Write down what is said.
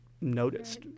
noticed